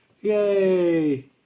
Yay